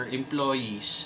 employees